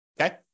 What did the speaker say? Okay